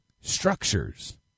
structures